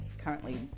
currently